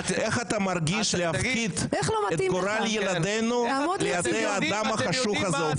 איך אתה מרגיש להפקיד את גורל ילדיך בידיו בידי האדם החשוך הזה?